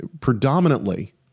predominantly